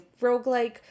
roguelike